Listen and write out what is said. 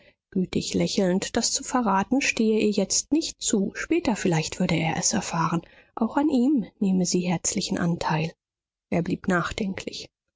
gütig lächelnd das zu verraten stehe ihr jetzt nicht zu später vielleicht werde er es erfahren auch an ihm nehme sie herzlichen anteil er blieb nachdenklich